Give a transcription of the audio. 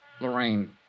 Lorraine